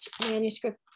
manuscript